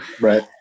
Right